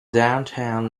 downtown